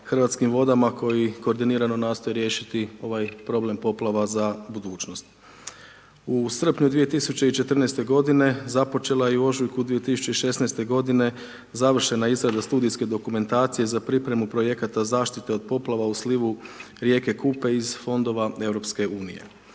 Hrvatskim vodama, koji koordinirano nastoje riješiti ovaj problem poplava za budućnost. U srpnju 2014.-te godine započela je i u ožujku 2016.-te godine, završena je izrada studijske dokumentacije za pripremu Projekata zaštite od poplava u slivu rijeke Kupe iz Fondova EU.